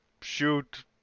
shoot